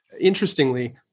interestingly